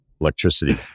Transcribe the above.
electricity